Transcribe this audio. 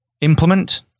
implement